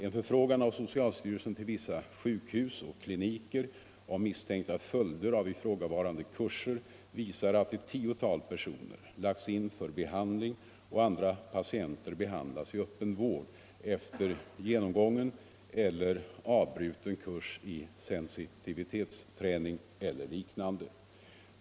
En förfrågan av socialstyrelsen till vissa sjukhus och kliniker om misstänkta följder av ifrågavarande kurser visar att ett tiotal personer lagts in för behandling och att andra patienter behandlats i öppen vård efter genomgången eller avbruten kurs i sensitivitetsträning eller liknande.